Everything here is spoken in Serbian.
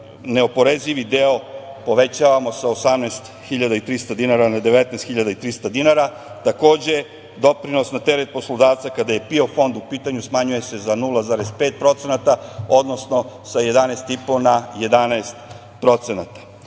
neoporezivi deo povećavamo sa 18.300 dinara na 19.300 dinara. Takođe, doprinos na teret poslodavca kada je PIO fond u pitanju smanjuje se 0,5%, odnosno sa 11,5 na 11%.Ima